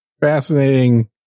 fascinating